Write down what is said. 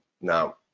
now